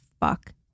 fuck